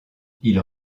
ils